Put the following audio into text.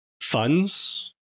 funds